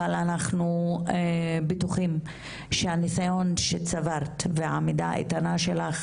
אבל אנחנו בטוחים שהניסיון שצברת והעמידה האיתנה שלך